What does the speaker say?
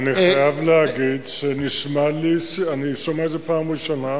אני חייב להגיד שאני שומע את זה פעם ראשונה.